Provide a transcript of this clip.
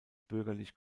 bürgerlich